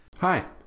Hi